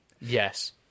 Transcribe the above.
yes